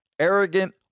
arrogant